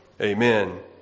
Amen